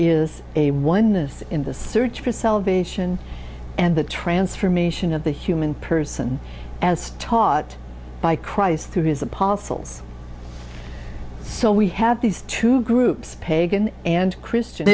is a oneness in the search for salvation and the transformation of the human person as taught by christ through his apostles so we have these two groups pagan and christian